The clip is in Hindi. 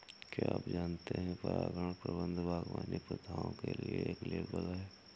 क्या आप जानते है परागण प्रबंधन बागवानी प्रथाओं के लिए एक लेबल है?